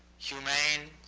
humane,